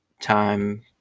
time